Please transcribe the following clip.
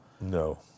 No